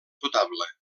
potable